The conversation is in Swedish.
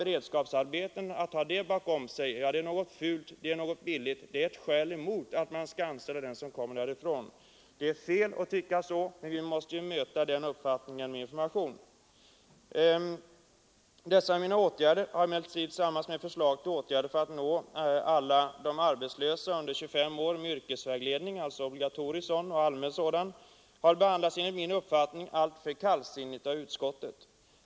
Förslagen i min motion att i förebyggande syfte informera inte bara eleverna om utbildning och framtid utan också arbetsgivarna om befintliga utbildningsvägar och arbetsmarknadsstyrelsens verksamhet för arbetslös ungdom — exempelvis beredskapsarbete — liksom mina förslag till åtgärder för att nå alla arbetslösa under 25 år med allmän och obligatorisk yrkesvägledning har enligt min uppfattning behandlats alltför kallsinnigt av utskottet.